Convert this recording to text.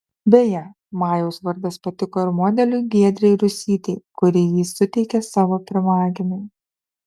beje majaus vardas patiko ir modeliui giedrei rusytei kuri jį suteikė savo pirmagimiui